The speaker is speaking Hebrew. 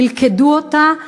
מלכדו אותה,